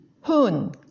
Hun